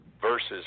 versus